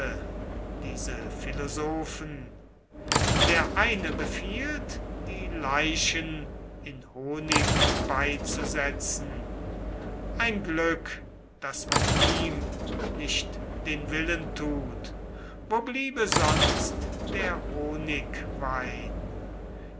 diese philosophen der eine befiehlt die leichen in honig beizusetzen ein glück daß man ihm nicht den willen tut wo bliebe sonst der honigwein